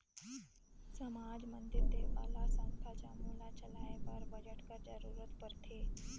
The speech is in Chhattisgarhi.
समाज, मंदिर, देवल्ला, संस्था जम्मो ल चलाए बर बजट कर जरूरत परथे